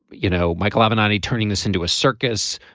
you know michael abernathy turning this into a circus.